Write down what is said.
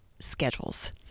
schedules